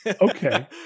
Okay